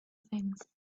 things